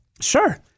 Sure